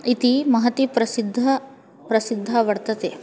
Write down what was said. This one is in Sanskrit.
इति महान् प्रसिद्धः प्रसिद्धः वर्तते